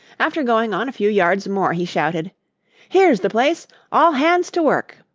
after going on a few yards more he shouted here's the place all hands to work!